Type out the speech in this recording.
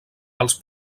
els